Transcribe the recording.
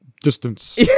distance